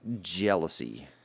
jealousy